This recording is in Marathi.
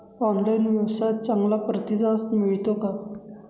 ऑनलाइन व्यवसायात चांगला प्रतिसाद मिळतो का?